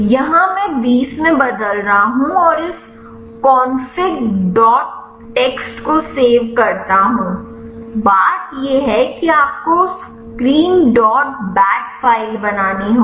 यहाँ मैं 20 में बदल रहा हूँ और इस कॉन्फिग डॉट txt को सेव करता हूँ बात यह है कि आपको स्क्रीन डॉट बैट फ़ाइल बनानी होगी